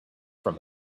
from